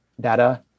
data